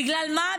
בגלל מה?